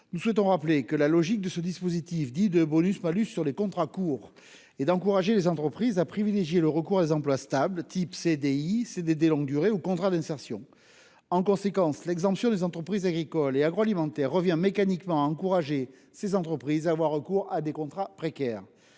Nous souhaitons rappeler que la logique de ce dispositif dit de bonus-malus sur les contrats courts est d'encourager les entreprises à privilégier le recours à des emplois stables- CDI, CDD de longue durée ou contrats d'insertion. En conséquence, l'exemption des entreprises agricoles et agroalimentaires revient mécaniquement à encourager ces entreprises à recourir à des contrats précaires.